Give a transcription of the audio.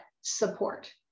support